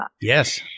Yes